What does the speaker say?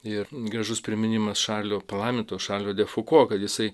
ir gražus priminimas šarlio palaimintojo šarlio de fuko kad jisai